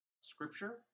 scripture